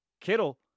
Kittle